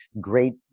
great